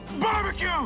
Barbecue